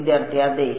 വിദ്യാർത്ഥി അതെ